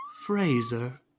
Fraser